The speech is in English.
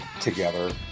together